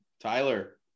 Tyler